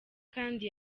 kandi